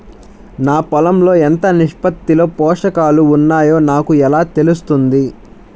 నా పొలం లో ఎంత నిష్పత్తిలో పోషకాలు వున్నాయో నాకు ఎలా తెలుస్తుంది?